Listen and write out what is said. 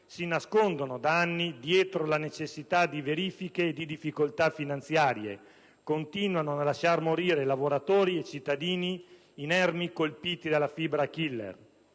si nascondono da anni dietro la necessità di verifiche e difficoltà finanziarie: continuano a lasciar morire lavoratori e cittadini inermi colpiti dalla fibra *killer*.